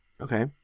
Okay